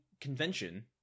convention